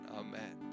amen